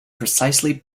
precisely